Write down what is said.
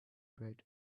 bread